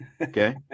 Okay